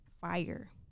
fire